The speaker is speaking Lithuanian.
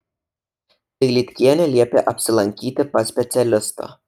dailydkienė liepė apsilankyti pas specialistą